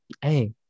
hey